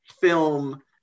film